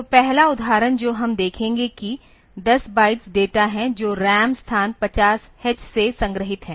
तो पहला उदाहरण जो हम देखेंगे कि 10 बाइट्स डेटा हैं जो रैम स्थान 50h से संग्रहीत हैं